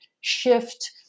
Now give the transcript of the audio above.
shift